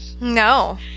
no